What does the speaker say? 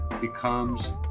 becomes